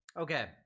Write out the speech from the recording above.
Okay